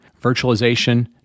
virtualization